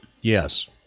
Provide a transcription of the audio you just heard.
Yes